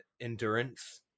endurance